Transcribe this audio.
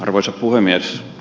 arvoisa puhemies